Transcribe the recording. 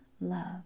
love